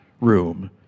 room